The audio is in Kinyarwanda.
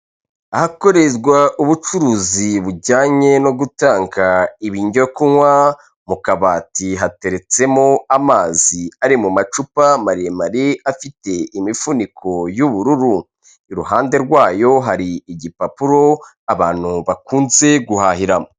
Ahakorerwa ubucuruzi bujyanye no gutanga ibyo kunywa mu kabati hateretsemo amazi ari mu macupa maremare afite imifuniko y'ubururu, iruhande rwayo hari igipapuro abantu bakunze guhahiramo.